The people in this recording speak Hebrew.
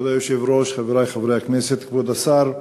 כבוד היושב-ראש, חברי חברי הכנסת, כבוד השר,